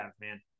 man